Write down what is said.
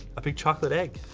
a big chocolate egg.